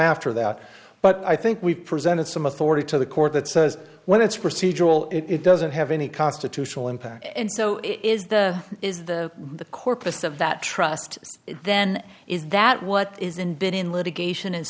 after that but i think we've presented some authority to the court that says when it's procedural it doesn't have any constitutional impact and so is the is the the corpus of that trust then is that what is in been in litigation